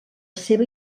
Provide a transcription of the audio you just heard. seva